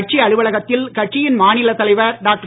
கட்சி அலுவலகத்தில் கட்சியின் மாநிலத் தலைவர் டாக்டர்